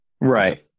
Right